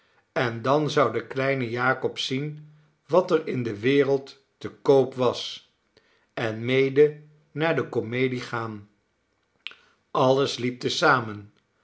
en dan zou de kleine jakob zien wat er in de wereld te koop was en mede naar de komedie gaan alles liep te zamen